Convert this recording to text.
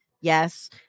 Yes